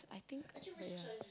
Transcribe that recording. I think but yeah